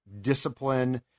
discipline